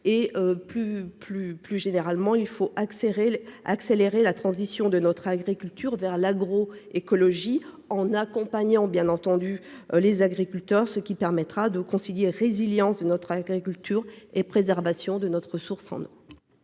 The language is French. plus généralement il faut accélérer à accélérer la transition de notre agriculture vers l'agro-écologie en accompagnant bien entendu les agriculteurs ce qui permettra de concilier résilience de notre agriculture et préservation de notre source.